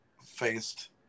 faced